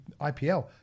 IPL